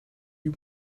you